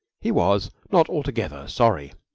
he was not altogether sorry.